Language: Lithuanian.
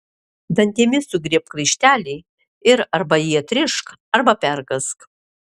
dantimis sugriebk raištelį ir arba jį atrišk arba perkąsk